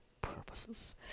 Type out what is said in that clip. purposes